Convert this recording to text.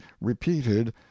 repeated